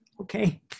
okay